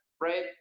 right